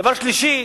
דבר שלישי,